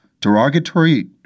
derogatory